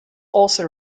also